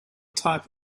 type